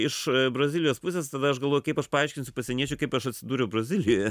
iš brazilijos pusės tada aš galvoju kaip aš paaiškinsiu pasieniečiui kaip aš atsidūriau brazilijoje